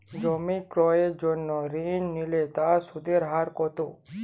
জমি ক্রয়ের জন্য ঋণ নিলে তার সুদের হার কতো?